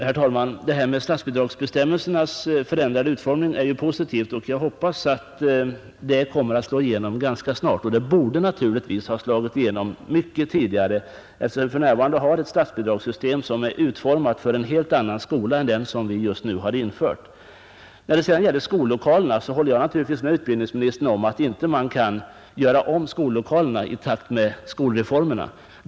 Herr talman! Statsbidragsbestämmelsernas förändrade utformning är någonting positivt, och jag hoppas att detta kommer att slå igenom ganska snart. Förändringen borde naturligtvis gjorts mycket tidigare, eftersom vi för närvarande har ett statsbidragssystem som är utformat för en helt annan skola än den vi nu har infört. När det gäller skollokalerna håller jag naturligtvis med utbildningsministern om att man inte kan göra om lokalerna i takt med skolreformerna.